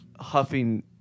huffing